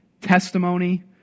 testimony